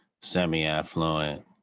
semi-affluent